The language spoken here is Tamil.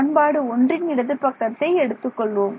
சமன்பாடு ஒன்றின் இடது பக்கத்தை எடுத்துக்கொள்வோம்